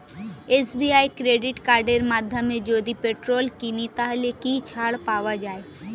SBI credit কার্ডের মাধ্যমে যদি পেট্রোল কিনি তাহলে কি ছাড় পাওয়া যায়?